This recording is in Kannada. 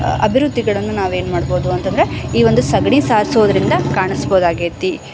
ಅಭಿವೃದ್ಧಿಗಳನ್ನು ನಾವೇನು ಮಾಡ್ಬೋದು ಅಂತಂದರೆ ಈ ಒಂದು ಸಗಣಿ ಸಾರ್ಸೋದರಿಂದ ಕಾಣಿಸಬಹುದಾಗೈತಿ